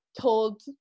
told